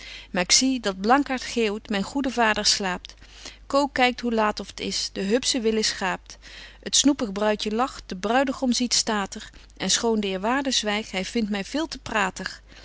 k zie dat blankaart geeuwt myn goede vader slaapt coo kykt hoe laat of t is de hupsche willis gaapt het snoepig bruidje lacht de bruidegom ziet statig en schoon de eerwaarde zwygt hy vindt my veel te pratig